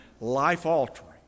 life-altering